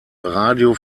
radio